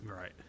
right